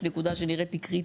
נקודה שנראית לי קריטית.